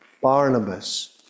Barnabas